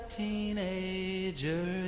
teenager